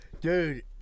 dude